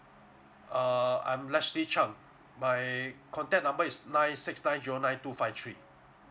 err I'm leslie chang my contact number is nine six nine zero nine two five three